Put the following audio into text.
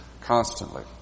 constantly